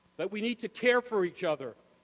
that we need to care for each other,